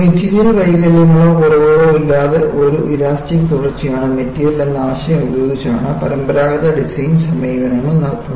material വൈകല്യങ്ങളോ കുറവുകളോ ഇല്ലാതെ ഒരു ഇലാസ്റ്റിക് തുടർച്ചയാണ് മെറ്റീരിയൽ എന്ന ആശയം ഉപയോഗിച്ചാണ് പരമ്പരാഗത ഡിസൈൻ സമീപനങ്ങൾ നടത്തുന്നത്